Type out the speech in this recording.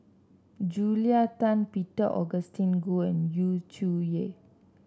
Julia Tan Peter Augustine Goh and Yu Zhuye